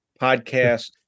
podcast